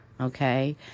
okay